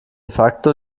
facto